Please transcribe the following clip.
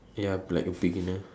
ya but like beginners